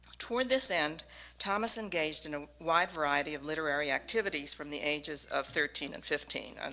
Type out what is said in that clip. toward this end thomas engaged in a wide variety of literary activities from the ages of thirteen and fifteen, and